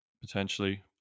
potentially